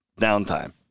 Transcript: downtime